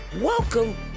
welcome